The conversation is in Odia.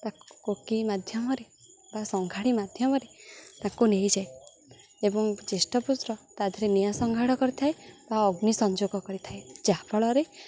ତାକୁ କୋକେଇ ମାଧ୍ୟମରେ ବା ସଂଗାଡ଼ି ମାଧ୍ୟମରେ ତାକୁ ନେଇଯାଏ ଏବଂ ଜ୍ୟେଷ୍ଠ ପୁତ୍ର ତା'ଦିହରେ ନିଆଁ ସଂଗାଡ଼ି କରିଥାଏ ବା ଅଗ୍ନି ସଂଯୋଗ କରିଥାଏ ଯାହାଫଳରେ